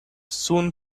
soon